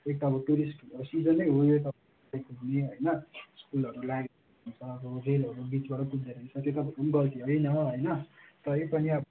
एक त अब टुरिस्ट सिजनै हो यो होइन स्कुलहरू लागेको हुन्छ अब रेलहरू बिचबाट कुद्दोरहेछ त्यो त तपाईँहरूको पनि गल्ती होइन होइन तरै पनि